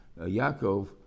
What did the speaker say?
Yaakov